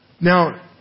Now